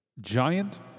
giant